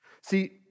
See